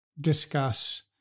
discuss